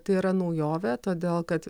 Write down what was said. tai yra naujovė todėl kad